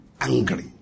angry